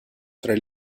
tre